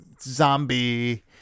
zombie